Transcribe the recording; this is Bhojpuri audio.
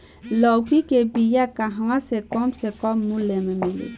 लौकी के बिया कहवा से कम से कम मूल्य मे मिली?